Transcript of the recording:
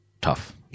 Tough